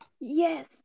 Yes